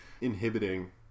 inhibiting